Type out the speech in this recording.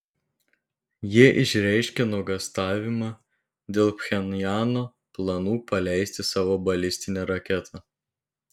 jie išreiškė nuogąstavimą dėl pchenjano planų paleisti savo balistinę raketą